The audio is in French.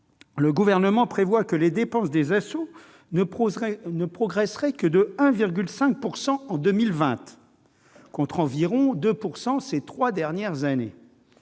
le Gouvernement prévoit que les dépenses des ASSO ne progresseraient que de 1,5 % en 2020, contre environ 2 % ces trois dernières années.